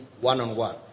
one-on-one